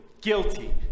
Guilty